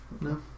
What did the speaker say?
No